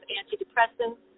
antidepressants